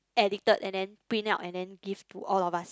addicted and then print out and then give to all of us